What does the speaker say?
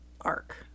arc